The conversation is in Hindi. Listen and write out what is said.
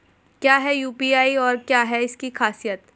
क्या है यू.पी.आई और क्या है इसकी खासियत?